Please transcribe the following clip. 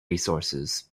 resources